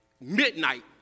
midnight